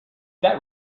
that